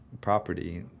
property